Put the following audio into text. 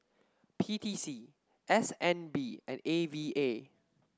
P T C S N B and A V A